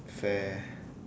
fair~